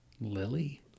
lily